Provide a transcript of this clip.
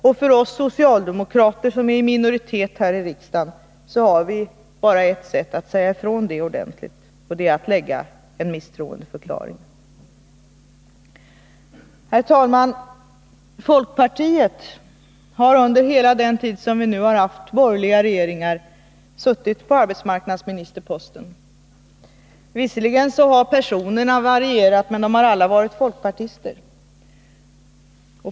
Vi socialdemokrater, som är i minoritet i riksdagen, har bara ett sätt att säga ifrån ordentligt, och det är att ställa ett yrkande om misstroendeförklaring. Herr talman! Folkpartiet har under hela den tid som vi nu haft borgerliga regeringar innehaft arbetsmarknadsministerposten. Visserligen har personerna varierat, men de har alla varit folkpartister.